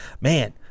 Man